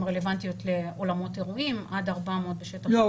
רלבנטיות לאולמות אירועים עד 400 בשטח סגור --- לא,